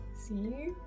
see